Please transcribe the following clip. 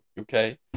okay